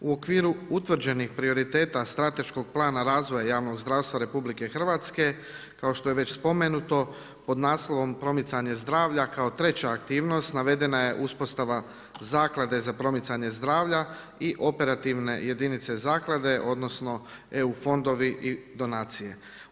U okviru utvrđenih prioriteta strateškog plana razvoja javnog zdravstva RH kao što je već spomenuto pod naslovom „Promicanje zdravlja kao treća aktivnost“ navedena je uspostave zaklade za promicanje zdravlja i operativne jedinice zaklade odnosno eu fondovi i donacije.